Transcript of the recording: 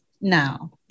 now